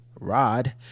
rod